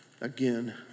again